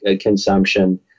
consumption